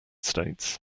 states